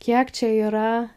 kiek čia yra